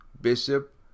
Bishop